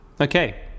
Okay